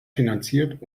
finanziert